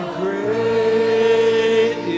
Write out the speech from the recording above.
great